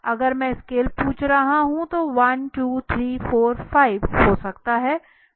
अगर मैं स्केल पूछ रहा हूं तो 1 2 3 4 5 हो सकता है